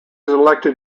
elected